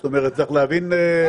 זאת אומרת, צריך להבין.